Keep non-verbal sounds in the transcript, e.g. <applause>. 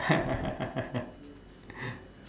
<laughs>